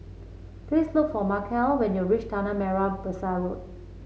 please look for Markell when you reach Tanah Merah Besar Road